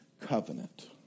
covenant